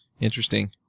Interesting